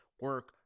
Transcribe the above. Work